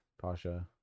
Pasha